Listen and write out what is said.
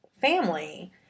family